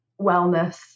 wellness